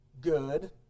good